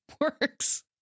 works